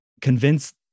convince